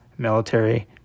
military